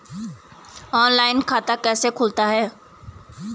Online खाता कैसे खुलता है?